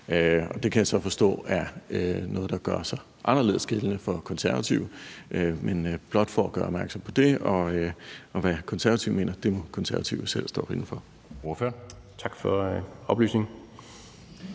der kan jeg så forstå, at det er noget andet, der gør sig gældende for Konservative. Men det var blot for at gøre opmærksom på det. Og hvad Konservative mener, må Konservative selv stå inde for.